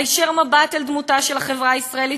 היישר מבט אל דמותה של החברה הישראלית,